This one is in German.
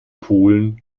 polen